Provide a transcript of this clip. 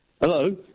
Hello